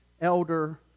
elder